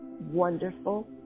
wonderful